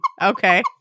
Okay